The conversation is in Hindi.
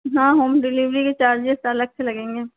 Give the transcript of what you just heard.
हाँ होम डिलिवरी के चार्जेस अलग से लगेंगे